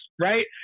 right